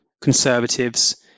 conservatives